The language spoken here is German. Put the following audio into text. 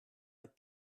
hat